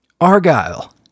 Argyle